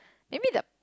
maybe the